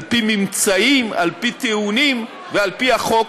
על-פי ממצאים, על-פי טיעונים ועל-פי החוק.